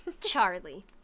charlie